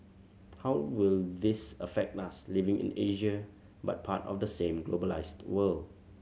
how will this affect us living in Asia but part of the same globalised world